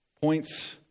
Points